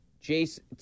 Jason